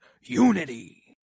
unity